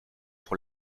pour